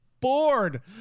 bored